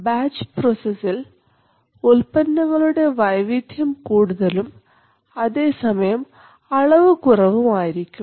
batch പ്രോസസ്സിൽ ഉൽപ്പന്നങ്ങളുടെ വൈവിധ്യം കൂടുതലും അതേ സമയം അളവു് കുറവും ആയിരിക്കും